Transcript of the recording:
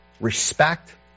respect